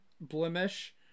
blemish